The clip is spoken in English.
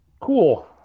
Cool